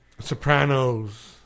Sopranos